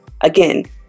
again